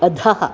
अधः